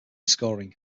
scoring